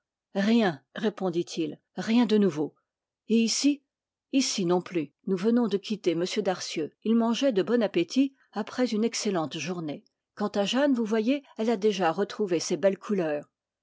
rien répondit-il rien de nouveau et ici ici non plus nous venons de quitter m darcieux il mangeait de bon appétit après une excellente journée quant à jeanne vous voyez elle a déjà retrouvé ses belles couleurs